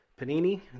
Panini